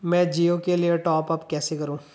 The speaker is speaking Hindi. मैं जिओ के लिए टॉप अप कैसे करूँ?